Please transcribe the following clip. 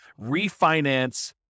refinance